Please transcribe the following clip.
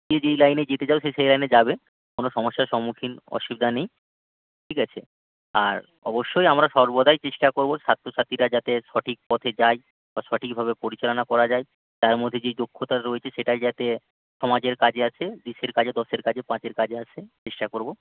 যে যেই লাইনে যেতে চাও সে সেই লাইনে যাবে কোনো সমস্যার সম্মুখীন অসুবিধা নেই ঠিক আছে আর অবশ্যই আমরা সর্বদাই চেষ্টা করব ছাত্রছাত্রীরা যাতে সঠিক পথে যায় বা সঠিকভাবে পরিচালনা করা যায় তার মধ্যে যেই দক্ষতা রয়েছে সেটাই যাতে সমাজের কাজে আসে দেশের কাজে দশের কাজে পাঁচের কাজে আসে চেষ্টা করব